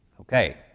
Okay